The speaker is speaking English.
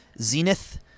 Zenith